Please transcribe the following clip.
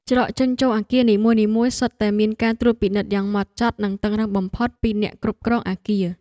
ច្រកចេញចូលអគារនីមួយៗសុទ្ធតែមានការត្រួតពិនិត្យយ៉ាងហ្មត់ចត់ និងតឹងរ៉ឹងបំផុតពីអ្នកគ្រប់គ្រងអគារ។